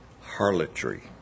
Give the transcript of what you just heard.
harlotry